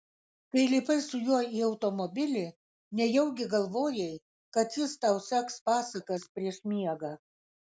kai lipai su juo į automobilį nejaugi galvojai kad jis tau seks pasakas prieš miegą